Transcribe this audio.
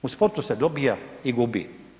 U sportu se dobija i gubi.